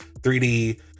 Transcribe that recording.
3D